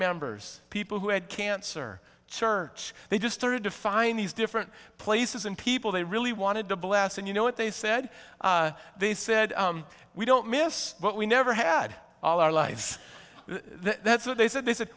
members people who had cancer church they just started to find these different places and people they really wanted to bless and you know what they said they said we don't miss what we never had all our lives that's what they said they said